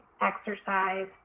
exercise